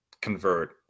convert